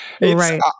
right